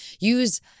use